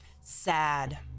Sad